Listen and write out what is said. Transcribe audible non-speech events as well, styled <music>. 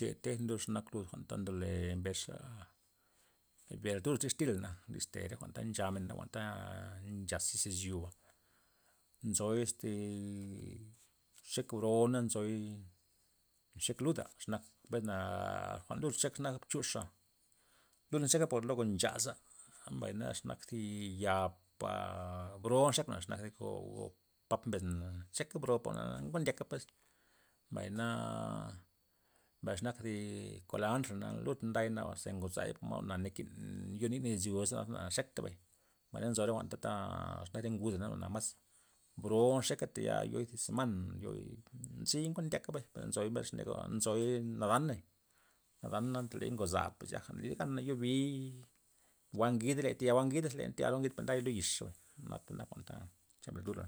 Te tejna lud xe nak lud jwa'n ta ndole mbesxa berdur dixtil na diste re jwa'n ta nchamen na jwa'nta nchax xis izyoba, nzoy este <hesitation> nchek brona nzoy nchek lu'da xenak mbesna jwa'n lud nchek nak chuxa', lud ncheka por luego nchaza mbay na xenak zi yapa bron nchek jwa'na xe nak go pap mbes na ncheka bro po kenkuan ndyaka pues mbay na mbay ze nakzi kolanta lud ndayna mas ze ngozay na jwa'na nakin yo ni'ney izyoza na nxeka mbay', mbay na nzo ret jwa'n ta xe nak re nguda jwa'na mas bro nxeka teya yo'i thi esmana yo'i ken kuan tyaka pues mbay nzoy ze mbesna nzoy nada'n nada'na teley ngoza pues yaga na lid ganey yubii' jwa' ngidey tayal jwa ngida iz ndakta jwa ngida per nday lo yix, jwa'na nak re berdur.